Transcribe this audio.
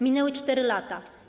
Minęły 4 lata.